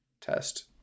test